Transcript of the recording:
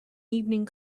evening